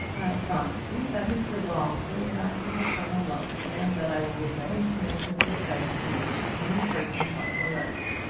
i promise you that mr. walmsley and i will return alone, and that i will give no intimation of your presence here to any person whatsoever.